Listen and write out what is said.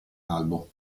albo